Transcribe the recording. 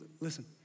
listen